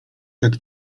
tak